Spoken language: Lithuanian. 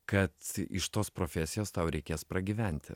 kad iš tos profesijos tau reikės pragyventi